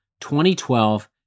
2012